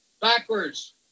Backwards